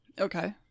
Okay